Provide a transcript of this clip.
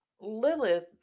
Lilith